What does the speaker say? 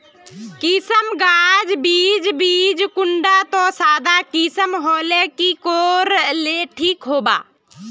किसम गाज बीज बीज कुंडा त सादा किसम होले की कोर ले ठीक होबा?